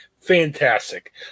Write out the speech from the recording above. Fantastic